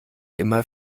immer